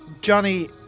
Johnny